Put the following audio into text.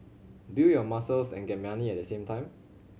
build your muscles and get money at the same time